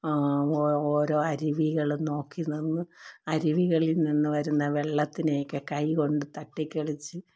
ഓരോ അരുവികളും നോക്കി നിന്ന് അരുവികളിൽ നിന്ന് വരുന്ന വെള്ളത്തിനെയൊക്കെ കൈകൊണ്ട് തട്ടിക്കളിച്ച്